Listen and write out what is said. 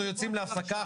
אנחנו יוצאים להפסקה.